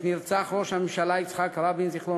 עת נרצח ראש הממשלה יצחק רבין ז"ל.